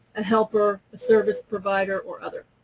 a helper, service provider, or other.